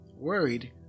Worried